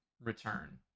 return